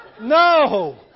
No